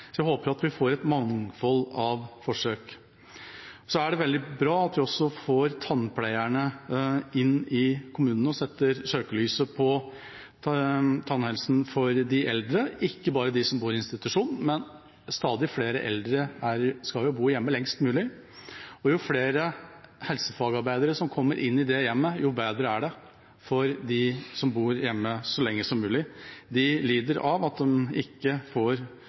Så er det veldig bra at vi også får tannpleierne inn i kommunene og setter søkelyset på tannhelsen for de eldre, men ikke bare for dem som bor i institusjon. Stadig flere eldre skal jo bo hjemme lengst mulig, og jo flere helsefagarbeidere som kommer inn i det hjemmet, jo bedre er det for dem som bor hjemme så lenge som mulig. De lider av at de ikke får